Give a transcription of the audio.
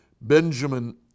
Benjamin